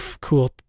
cool